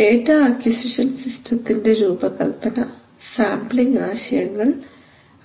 data acquisition സിസ്റ്റത്തിന്റെ രൂപകല്പന sampling ആശയങ്ങൾ